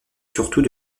surtout